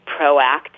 proactive